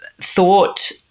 thought